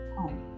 home